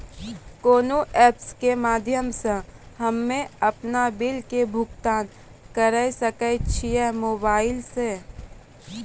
कोना ऐप्स के माध्यम से हम्मे अपन बिल के भुगतान करऽ सके छी मोबाइल से?